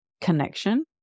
connection